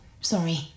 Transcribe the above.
sorry